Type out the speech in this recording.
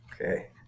Okay